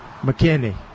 McKinney